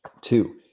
Two